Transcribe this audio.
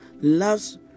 loves